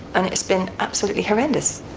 and it has been absolutely horrendous.